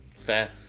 fair